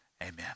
Amen